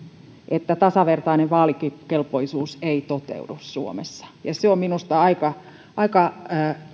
että tasavertainen vaalikelpoisuus ei toteudu suomessa se on minusta aika aika